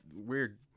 weird